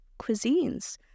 cuisines